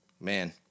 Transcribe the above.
man